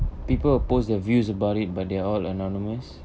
people will post their views about it but they're all anonymous